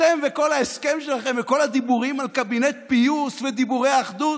אתם וכל ההסכם שלכם וכל הדיבורים על קבינט פיוס ודיבורי אחדות.